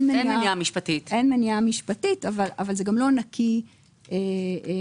מניעה משפטית אבל זה גם לא נקי מקשיים.